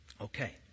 Okay